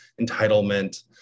entitlement